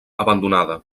abandonada